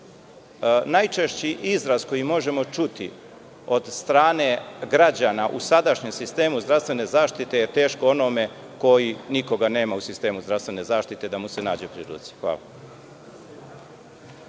Najčešći izraz koji možemo čuti od strane građana u sadašnjem sistemu zdravstvene zaštite je - teško onome koji nikoga nema u sistemu zdravstvene zaštite da mu se nađe pri ruci. Hvala.